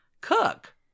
cook